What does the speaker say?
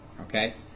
okay